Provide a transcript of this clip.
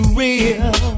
real